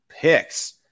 picks